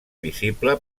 visible